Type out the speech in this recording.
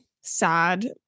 sad